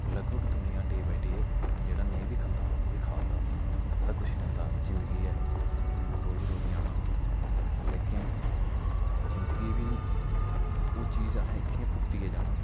लगभग दुनिया day by day जेह्ड़ा नेईं बी खंदा हा ओह् बी खाऽ दा आखदा कुछ निं होंदा जिंदगी ऐ रोज रोज निं आना लेकिन जिंदगी बी ओह् चीज असें इ'त्थें भुगतियै जाना